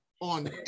on